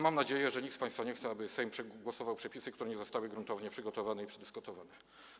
Mam nadzieję, że nikt z państwa nie chce, aby Sejm przegłosował przepisy, które nie zostały gruntownie przygotowane i przedyskutowane.